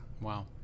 Wow